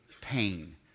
pain